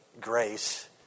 grace